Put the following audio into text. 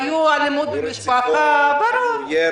היו מקרים של אלימות במשפחה, ברור.